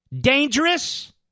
dangerous